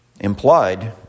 Implied